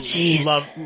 love